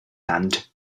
hand